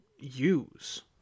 use